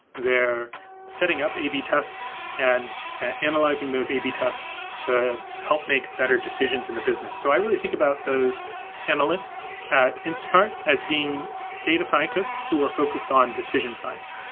they're setting up a b tests and analyzing those a b tests to help make better decisions in the business. so i really think about those analysts at instacart as being data scientists who are focused on decision science.